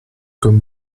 comme